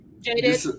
Jaded